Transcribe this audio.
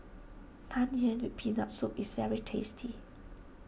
Tang Yuen with Peanut Soup is very tasty